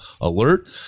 alert